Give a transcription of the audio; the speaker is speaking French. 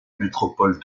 métropole